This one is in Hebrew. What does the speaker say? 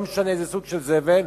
לא משנה איזה סוג של זבל,